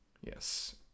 Yes